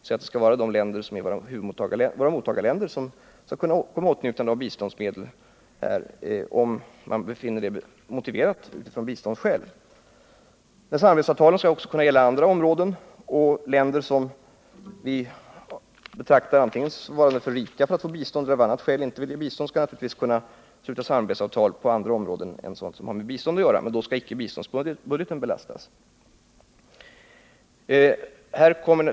Exempelvis kan de länder som är våra huvudmottagarländer komma i åtnjutande av biståndsmedel om vi finner det motiverat av biståndsskäl. Men samarbetsavtalen skall också kunna gälla andra områden, och länder som vi antingen betraktar som för rika för att de skall få bistånd eller av andra skäl inte vill ge bistånd skall naturligtvis kunna sluta samarbetsavtal på andra områden än sådana som har med bistånd att göra. Men då skall inte biståndsbudgeten belastas.